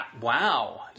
Wow